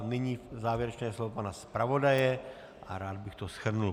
Nyní závěrečné slovo pana zpravodaje a rád bych to shrnul.